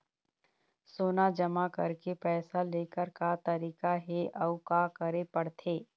सोना जमा करके पैसा लेकर का तरीका हे अउ का करे पड़थे?